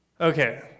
Okay